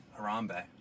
Harambe